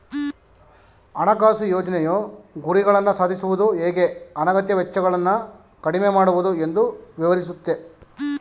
ಹಣಕಾಸು ಯೋಜ್ನೆಯು ಗುರಿಗಳನ್ನ ಸಾಧಿಸುವುದು ಹೇಗೆ ಅನಗತ್ಯ ವೆಚ್ಚಗಳನ್ನ ಕಡಿಮೆ ಮಾಡುವುದು ಎಂದು ವಿವರಿಸುತ್ತೆ